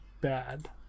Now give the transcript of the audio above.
bad